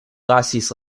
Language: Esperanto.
lasis